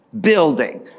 building